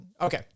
Okay